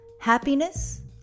happiness